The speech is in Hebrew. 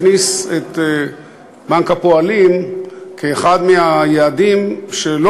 הכניס את בנק הפועלים כאחד מהיעדים שלא